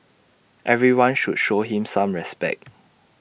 everyone should show him some respect